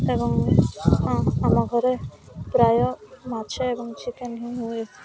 ଏବଂ ଆମ ଘରେ ପ୍ରାୟ ମାଛ ଏବଂ ଚିକେନ୍ ହିଁ ହୁଏ